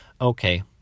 Okay